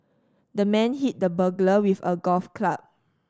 the man hit the burglar with a golf club